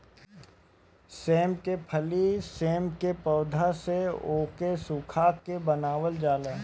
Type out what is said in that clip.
सेम के फली सेम के पौध से ओके सुखा के बनावल जाला